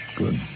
good